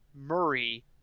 Murray